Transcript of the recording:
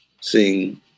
seeing